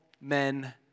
men